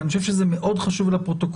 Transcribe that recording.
אני חושב שזה חשוב מאוד לפרוטוקול,